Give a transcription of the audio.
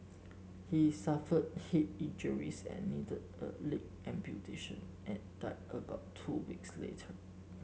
he suffered head injuries and needed a leg amputation and died about two weeks later